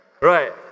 right